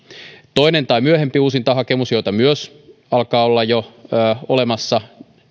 toinen tai myöhempi uusintahakemus joita myös alkaa olla jo olemassa